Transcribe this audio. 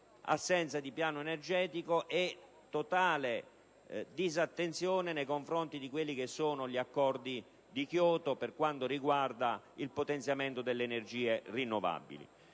l'assenza di un piano energetico e una totale disattenzione nei confronti degli Accordi di Kyoto per quanto riguarda il potenziamento delle energie rinnovabili.